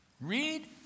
read